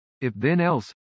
if-then-else